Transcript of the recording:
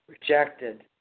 Rejected